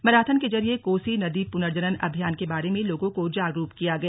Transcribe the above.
marathon के जरिए कोसी नदी पुनर्जनन अभियान के बारे में लोगों को जागरूक किया गया